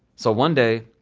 so, one day,